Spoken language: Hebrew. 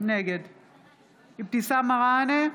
נגד אבתיסאם מראענה,